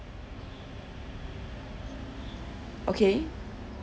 okay